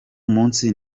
munsi